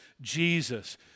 Jesus